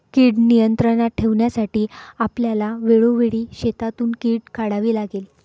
कीड नियंत्रणात ठेवण्यासाठी आपल्याला वेळोवेळी शेतातून कीड काढावी लागते